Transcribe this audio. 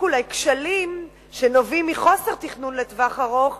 אולי כשלים שנובעים מחוסר תכנון לטווח ארוך,